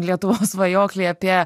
lietuvos svajoklį apie